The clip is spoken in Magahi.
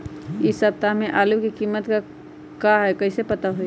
इ सप्ताह में आलू के कीमत का है कईसे पता होई?